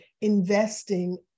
investing